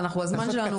רק הזמן שלנו